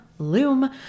Loom